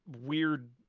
weird